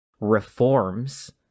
reforms